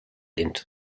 into